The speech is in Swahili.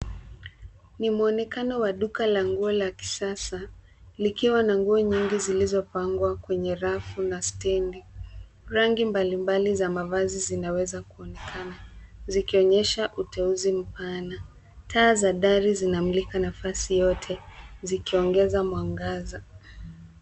Ni mwonekano wa duka la nguo la kisasa likiwa na nguo nyingi zilizopangwa kwenye rafu na stendi. Rangi mbalimbali za mavazi zinaweza kuonekana zikionyesha uteuzi mpana. Taa za dari zinamulika nafasi yote zikiongeza mwangaza.